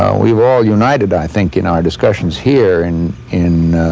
we've all united, i think, in our discussions here, in in